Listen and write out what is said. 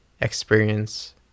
experience